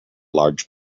large